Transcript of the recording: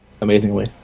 amazingly